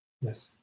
Yes